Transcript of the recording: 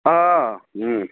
آ